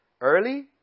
Early